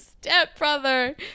stepbrother